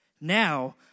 Now